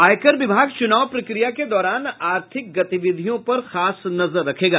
आयकर विभाग चूनाव प्रक्रिया के दौरान आर्थिक गतिविधियों पर खास नजर रखेगा